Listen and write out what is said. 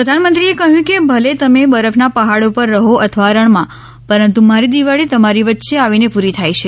પ્રધાનમંત્રીએ કહ્યું કે તમે ભલે બરફના પહાડો પર રહો અથવા રણમાં પરંતુ મારી દિવાળી તમારી વચ્ચે આવીને પૂરી થાય છે